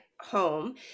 home